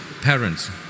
parents